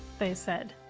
they said.